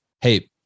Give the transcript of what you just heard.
Hey